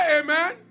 Amen